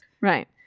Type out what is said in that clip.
Right